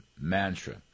mantra